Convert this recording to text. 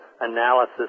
analysis